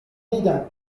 دیدم